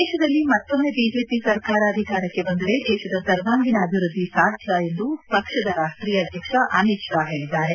ದೇಶದಲ್ಲಿ ಮತ್ತೊಮ್ಮೆ ಬಿಜೆಪಿ ಸರ್ಕಾರ ಅಧಿಕಾರಕ್ಕೆ ಬಂದರೆ ದೇಶದ ಸರ್ವಾಂಗೀಣ ಅಭಿವೃದ್ದಿ ಸಾಧ್ಯ ಎಂದು ಪಕ್ಷದ ರಾಷ್ಟೀಯ ಅಧ್ಯಕ್ಷ ಅಮಿತ್ ಷಾ ಹೇಳಿದ್ದಾರೆ